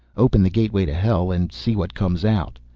open the gateway to hell and see what comes out.